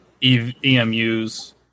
EMUs